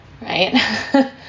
right